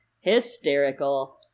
Hysterical